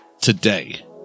today